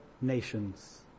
nations